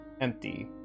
empty